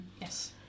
yes